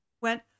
went